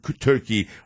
turkey